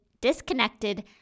disconnected